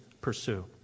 pursue